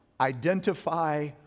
identify